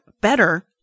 better